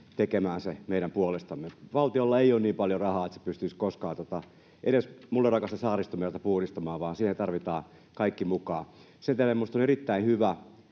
tekemään se meidän puolestamme. Valtiolla ei ole niin paljon rahaa, että se pystyisi koskaan edes minulle rakasta Saaristomerta puhdistamaan, vaan siihen tarvitaan kaikki mukaan. Sen tähden minusta on erittäin hyvä,